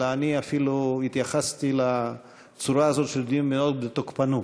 אלא אני אפילו התייחסתי לצורה הזאת של דיון מאוד בתוקפנות.